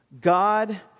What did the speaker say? God